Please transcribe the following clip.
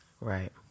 Right